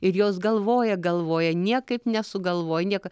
ir jos galvoja galvoja niekaip nesugalvoja nieko